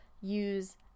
use